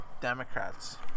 Democrats